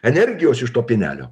energijos iš to pienelio